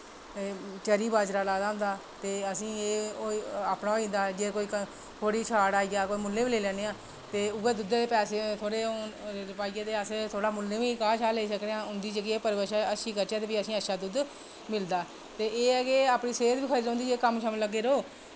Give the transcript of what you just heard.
ते चैरी बाजरा लाए दा होंदा ते असेंगी एह् अपना होई जंदा जेकर एह् थोह्ड़ी शार्ट आई जा ते मुल्लें बी लेई लैन्ने आं ते उऐ दुद्धै दे पैसे होन ते थोह्ड़ा पाइयै अस मुल्लें बी घाऽ लेई सकने आं ते उंदी भी जेह्की परवरिश अच्छी करचै ते भी असें ई अच्छा दुद्ध मिलदा ते एह् ऐ की अपनी सेह्त बी खरी रौहंदी अगर कम्म लग्गे दे र'वो